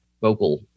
Vocal